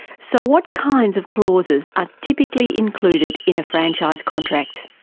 so what kinds of clauses are typically included in a franchise contract?